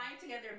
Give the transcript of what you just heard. together